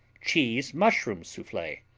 cheese-mushroom souffle